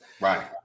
Right